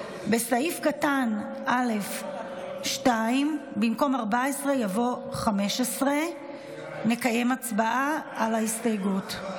בסעיף קטן (א)(2) יבוא 15 במקום 14. נקיים הצבעה על ההסתייגות.